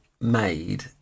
made